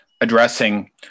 addressing